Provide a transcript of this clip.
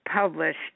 Published